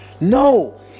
No